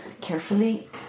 carefully